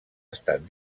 estat